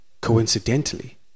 Coincidentally